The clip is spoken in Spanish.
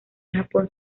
japón